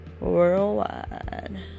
Worldwide